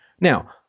now